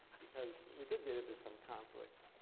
because we did get into some conflicts.